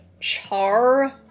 char